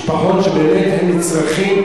משפחות שבאמת הם נצרכים,